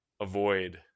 avoid